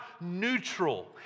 neutral